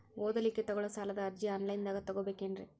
ಓದಲಿಕ್ಕೆ ತಗೊಳ್ಳೋ ಸಾಲದ ಅರ್ಜಿ ಆನ್ಲೈನ್ದಾಗ ತಗೊಬೇಕೇನ್ರಿ?